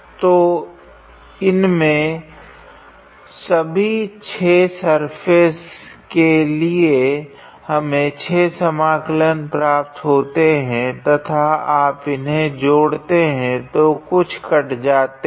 तो इमं सभी 6 सर्फेस के लिए हमें 6 समाकलन प्राप्त होते है तथा जब आप उन्हें जोड़ते है तो कुछ कट जाते है